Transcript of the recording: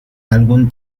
algún